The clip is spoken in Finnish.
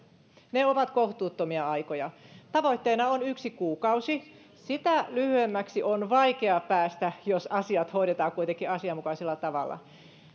ne ovat kohtuuttomia aikoja tavoitteena on yksi kuukausi sitä lyhyemmäksi on vaikea päästä jos asiat hoidetaan kuitenkin asianmukaisella tavalla